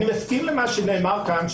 אני מסכים למה שנאמר כאן,